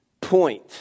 point